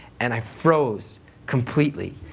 and i froze completely.